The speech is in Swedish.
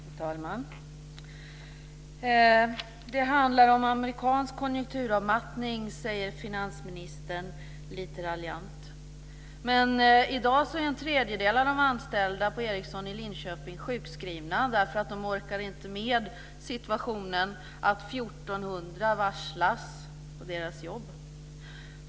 Fru talman! Det handlar om amerikansk konjunkturavmattning, säger finansministern lite raljant. Men i dag är en tredjedel av de anställda på Eriksson i Linköping sjukskrivna därför att de inte orkar med situationen att 1 400 varslas på deras jobb.